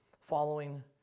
following